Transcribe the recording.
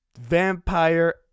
vampire